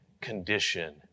condition